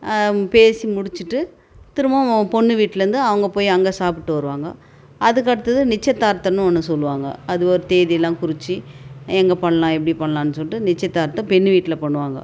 பேசி முடிச்சுட்டு திரும்பவும் பொண்ணு வீட்டுலேருந்து அவங்க போய் அங்கே சாப்பிட்டு வருவாங்க அதுக்கு அடுத்தது நிச்சயதார்த்தம்னு ஒன்று சொல்வாங்க அது ஒரு தேதிலாம் குறித்து எங்கே பண்ணலாம் எப்படி பண்லாம்னு சொல்லிட்டு நிச்சயதார்த்தம் பெண் வீட்டில் பண்ணுவாங்க